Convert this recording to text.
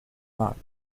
marley